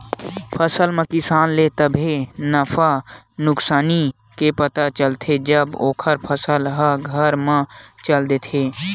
फसल म किसान ल तभे नफा नुकसानी के पता चलथे जब ओखर फसल ह घर म चल देथे